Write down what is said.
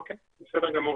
בסדר גמור.